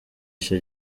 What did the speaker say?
icyo